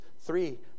three